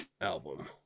album